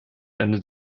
ende